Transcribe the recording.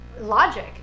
Logic